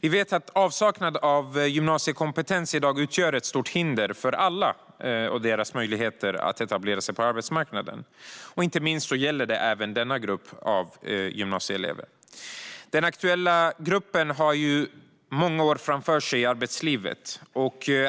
Vi vet att avsaknad av gymnasiekompetens i dag utgör ett stort hinder när det gäller möjligheter att etablera sig på arbetsmarknaden. Inte minst gäller det denna grupp av gymnasieelever. Den aktuella gruppen har många år framför sig i arbetslivet.